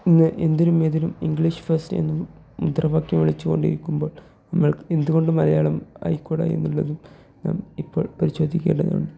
ഇന്ന് എന്തിനും ഏതിനും ഇംഗ്ലീഷ് ഫസ്റ്റ് എന്നും മുദ്രാവാക്യം വിളിച്ചുകൊണ്ടിരിക്കുമ്പോൾ നമ്മൾ എന്തുകൊണ്ടും മലയാളം ആയിക്കൂട എന്നുള്ളതും നാം ഇപ്പോൾ പരിശോധിക്കേണ്ടതുണ്ട്